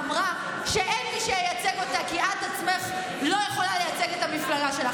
אמרה שאין מי שייצג אותה כי את עצמך לא יכולה לייצג את המפלגה שלך?